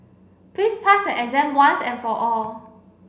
please pass your exam once and for all